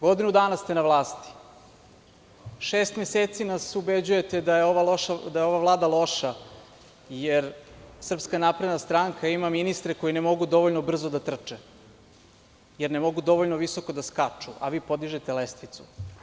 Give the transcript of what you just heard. Godinu dana ste na vlasti, šest meseci nas ubeđujete da je ova Vlada loša jer SNS ima ministre koji ne mogu dovoljno brzo da trče, jer ne mogu dovoljno visoko da skaču, a vi podižete lestvicu.